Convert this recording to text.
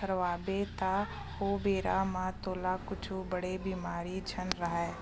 करवाबे त ओ बेरा म तोला कुछु बड़े बेमारी झन राहय